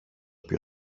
πιο